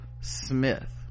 Smith